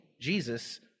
Jesus